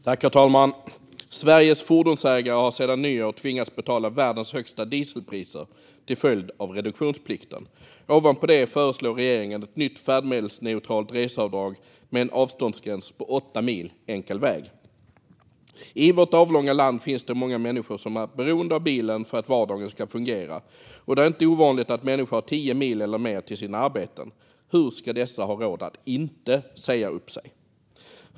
Herr talman! Sveriges fordonsägare har sedan nyår tvingats betala världens högsta dieselpriser till följd av reduktionsplikten. Ovanpå det föreslår regeringen ett nytt färdmedelsneutralt reseavdrag med en avståndsgräns på åtta mil enkel väg. I vårt avlånga land är många människor beroende av bilen för att vardagen ska fungera, och det är inte ovanligt att människor har tio mil eller mer till sina arbeten. Hur ska de ha råd att inte säga upp sig?